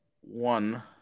one